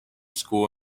school